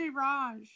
Raj